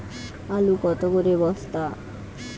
আলু কত করে বস্তা?